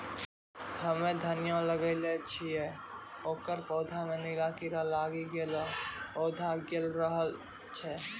हम्मे धनिया लगैलो छियै ओकर पौधा मे नीला कीड़ा लागी गैलै पौधा गैलरहल छै?